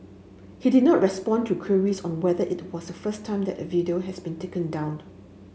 he did not respond to queries on whether it was the first time that a video has been taken down